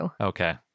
Okay